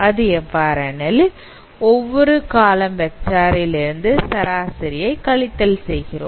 இது எவ்வாறெனில் ஒவ்வொரு காலம் வெக்டார் ல் இருந்து சராசரியை கழித்தல் செய்கிறோம்